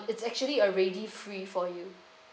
it's actually already free for you